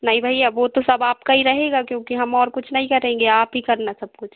नहीं भैया वो तो सब आप का ही रहेगा क्योंकि हम और कुछ नहीं करेंगे आप ही करना सब कुछ